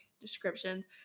descriptions